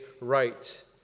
right